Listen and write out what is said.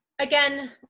again